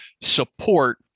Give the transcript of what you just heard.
support